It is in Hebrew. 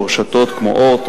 או רשתות כמו "אורט",